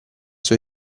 sua